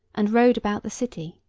and rode about the city.